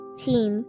team